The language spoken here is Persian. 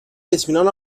اطمینان